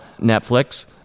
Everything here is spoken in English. Netflix